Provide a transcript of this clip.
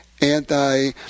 anti